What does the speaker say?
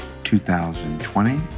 2020